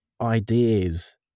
ideas